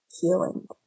healing